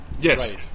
Yes